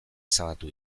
ezabatu